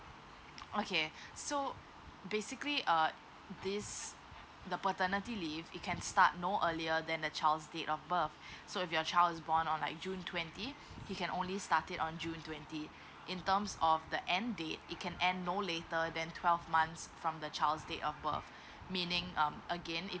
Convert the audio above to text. okay so basically err this the paternity leave it can start no earlier than the child's date of birth so if your child is born on like june twenty he can only start it on june twenty in terms of the end date it can end no later than twelve months from the child's date of birth meaning um again if